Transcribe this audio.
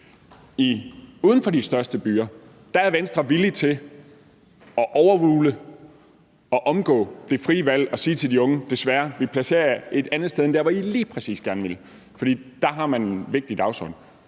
Uden for de største byer er Venstre villig til at overrule og omgå det frie valg og sige til de unge: Desværre, vi placerer jer et andet sted end der, hvor I lige præcis gerne vil gå. For der har man en vigtig dagsorden.